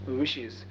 wishes